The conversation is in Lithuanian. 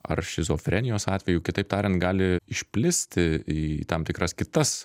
ar šizofrenijos atvejų kitaip tariant gali išplisti į tam tikras kitas